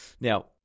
Now